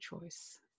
choice